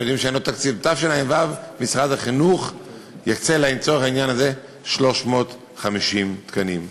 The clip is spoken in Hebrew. משרד החינוך יקצה לצורך העניין הזה 350 תקנים.